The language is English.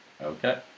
Okay